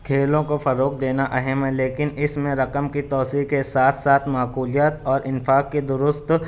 کھیلوں کو فروغ دینا اہم ہے لیکن اس میں رقم کی توسیع کے ساتھ ساتھ معقولیات اور انفاک کے درست